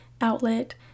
outlet